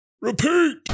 repeat